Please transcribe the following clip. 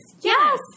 Yes